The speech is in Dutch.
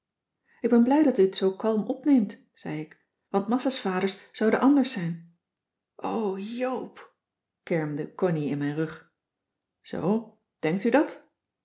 ik ben blij dat u het zoo kalm opneemt zei ik want massa's vaders zouden anders zijn o joop kermde connie in mijn rug zoo denkt u dat